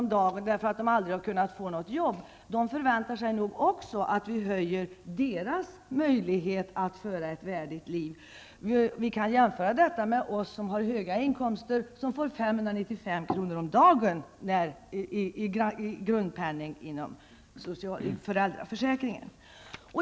om dagen därför att de aldrig har kunnat få något jobb förväntar sig nog också att vi ökar deras möjligheter att leva ett värdigt liv. Vi kan jämföra med situationen för oss som har höga inkomster och får 595 kr. om dagen som grundersättning inom föräldraförsäkringen.